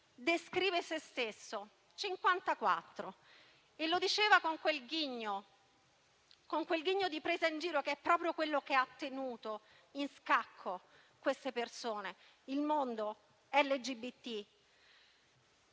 descrive se stesso (54) e ne ha parlato con quel ghigno da presa in giro che è proprio quello che ha tenuto sotto scacco queste persone e il mondo LGBT.